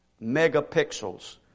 megapixels